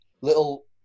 little